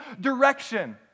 direction